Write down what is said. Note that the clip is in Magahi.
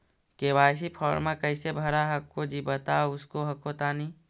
के.वाई.सी फॉर्मा कैसे भरा हको जी बता उसको हको तानी?